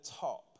top